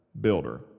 builder